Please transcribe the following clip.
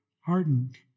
hardened